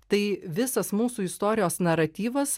tai visas mūsų istorijos naratyvas